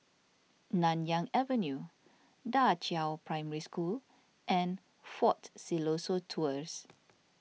Nanyang Avenue Da Qiao Primary School and fort Siloso Tours